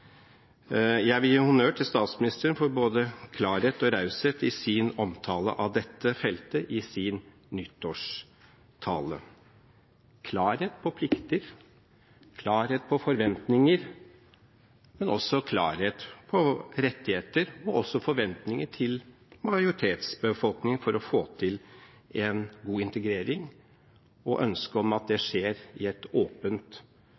Jeg vil gi honnør til statsministeren for både klarhet og raushet i sin omtale av dette feltet i nyttårstalen – klarhet på plikter, klarhet på forventninger, klarhet på rettigheter, men også forventninger til majoritetsbefolkningen, for å få til en god integrering og et ønske om at det skjer i et åpent